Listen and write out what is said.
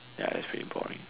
ya that's pretty boring